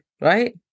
right